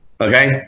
Okay